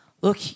look